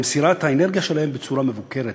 מסירת האנרגיה שלהם בצורה מבוקרת,